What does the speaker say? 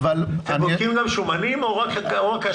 אתם בודקים גם שומנים או רק כשרות?